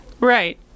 Right